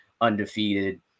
undefeated